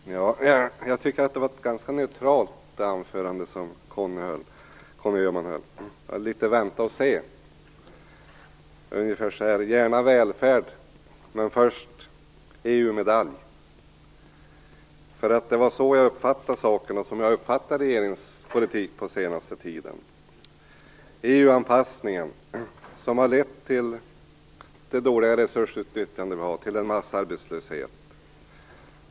Fru talman! Jag tycker att Conny Öhman höll ett ganska neutralt anförande. Han vill vänta och se: Gärna välfärd, men först EU-medalj. Så har jag uppfattat regeringens politik under den senaste tiden. EU anpassningen har lett till det dåliga resursutnyttjandet och massarbetslöshet.